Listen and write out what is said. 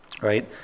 Right